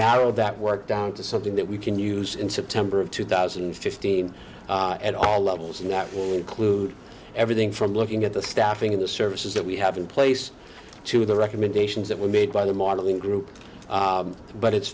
narrow that work down to something that we can use in september of two thousand and fifteen at all levels and that will include everything from looking at the staffing in the services that we have in place to the recommendations that were made by the modeling group but it's